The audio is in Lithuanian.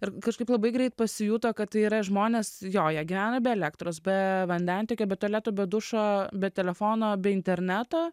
ir kažkaip labai greit pasijuto kad tai yra žmonės jo jie gyvena be elektros be vandentiekio be tualetų be dušo be telefono be interneto